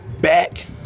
back